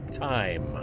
time